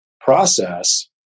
process